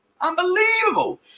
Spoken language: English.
Unbelievable